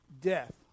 death